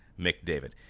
McDavid